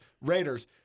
Raiders